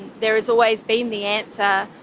there is always been the answer,